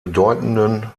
bedeutenden